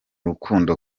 rukundo